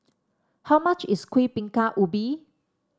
how much is Kuih Bingka Ubi